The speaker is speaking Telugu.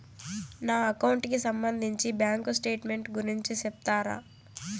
నా అకౌంట్ కి సంబంధించి బ్యాంకు స్టేట్మెంట్ గురించి సెప్తారా